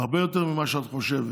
הרבה יותר ממה שאת חושבת,